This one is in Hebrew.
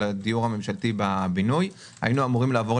אין איתור לבית דין כי הנושא המשפטי שם הסתבך.